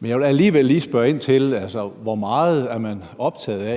Men jeg vil alligevel lige spørge ind til, hvor meget man